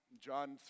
John